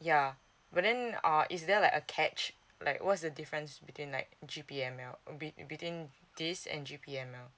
yeah but then uh is there like a catch like what's the difference between like g p m l be between this and g p m l